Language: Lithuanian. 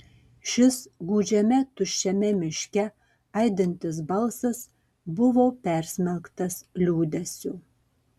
šis gūdžiame tuščiame miške aidintis balsas buvo persmelktas liūdesio